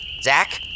Zach